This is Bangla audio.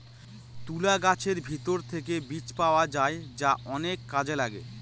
তুলা গাছের ভেতর থেকে বীজ পাওয়া যায় যা অনেক কাজে লাগে